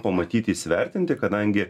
pamatyti įsivertinti kadangi